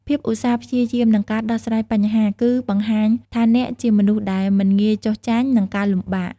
ភាពឧស្សាហ៍ព្យាយាម និងការដោះស្រាយបញ្ហា គឺបង្ហាញថាអ្នកជាមនុស្សដែលមិនងាយចុះចាញ់នឹងការលំបាក។